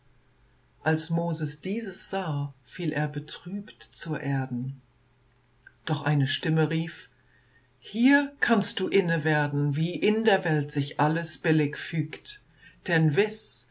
als moses dieses sah fiel er betrübt zur erden doch eine stimme rief hier kannst du innewerden wie in der welt sich alles billig fügt denn